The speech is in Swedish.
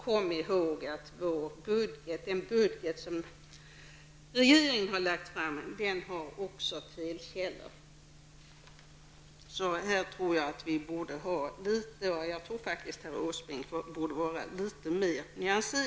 Kom i håg att den budget som regeringen har lagt fram också har felkällor. Här borde herr Åsbrink vara litet mera nyanserad.